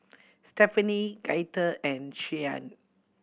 Stephani Gaither and Shianne